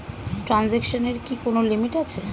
ট্রানজেকশনের কি কোন লিমিট আছে?